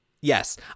Yes